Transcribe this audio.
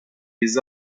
les